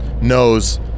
knows